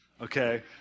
okay